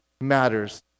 matters